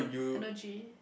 energy